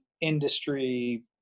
industry